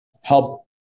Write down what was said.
help